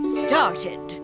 started